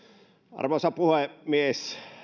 arvoisa puhemies